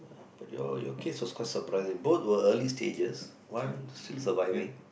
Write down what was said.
but your your case was quite surprising both were early stages one still surviving